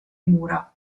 mura